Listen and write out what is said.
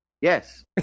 yes